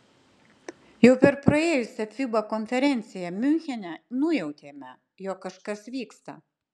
jau per praėjusią fiba konferenciją miunchene nujautėme jog kažkas vyksta